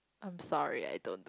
I'm sorry I don't do